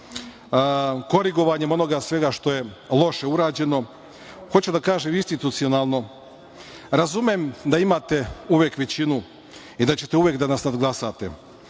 korigovanjem svega onoga što je loše urađeno. Hoću da kažem institucionalno, razumem da imate uvek većinu i da ćete uvek da nas nadglasate,